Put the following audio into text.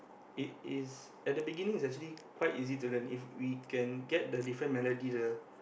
it is at the beginning is actually quite easy to learn if we can get the different melody lah